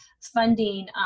funding